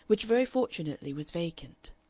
which very fortunately was vacant.